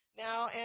now